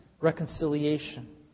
reconciliation